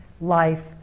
life